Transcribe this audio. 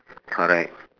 correct